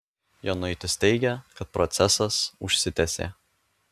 jonuitis teigia kad procesas užsitęsė